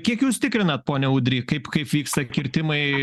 kiek jūs tikrinat ponią ūdry kaip kaip vyksta kirtimai